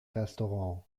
restaurant